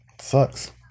Sucks